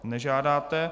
Nežádáte.